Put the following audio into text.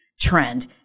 trend